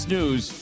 News